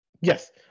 Yes